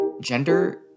Gender